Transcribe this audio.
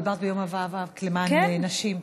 את דיברת ביום המאבק למען נשים.